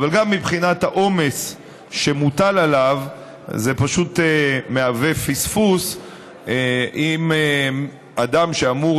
אבל גם מבחינת העומס שמוטל עליו זה פשוט מהווה פספוס אם אדם שאמור